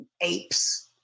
apes